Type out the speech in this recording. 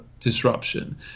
Disruption